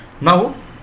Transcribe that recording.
Now